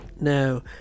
now